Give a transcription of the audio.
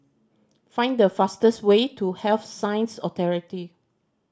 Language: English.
find the fastest way to Health Science Authority